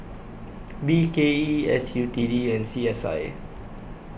B K E S U T D and C S I